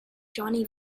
jonny